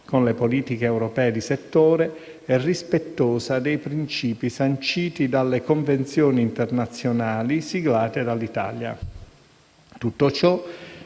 con le politiche europee di settore e rispettosa dei principi sanciti dalle convenzioni internazionali siglate dall'Italia. Tutto ciò